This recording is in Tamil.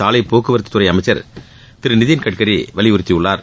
சாலைப் போக்குவரத்துத் துறை அமைச்சர் திரு நிதின் கட்காரி வலியுறுத்தியுள்ளார்